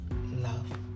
love